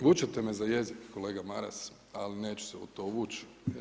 Vučete me za jezik kolega Maras, ali neću se u to uvući.